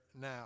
now